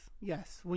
Yes